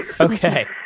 Okay